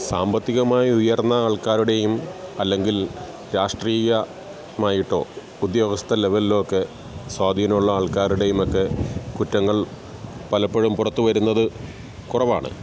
സാമ്പത്തികമായി ഉയർന്ന ആൾക്കാരുടെയും അല്ലെങ്കിൽ രാഷ്ട്രീയ മായിട്ടോ ഉദ്യോഗസ്ഥ ലെവലിലോ ഒക്കെ സ്വാധീനൊള്ള ആൾക്കാരുടെയുമൊക്കെ കുറ്റങ്ങൾ പലപ്പോഴും പുറത്തുവരുന്നത് കുറവാണ്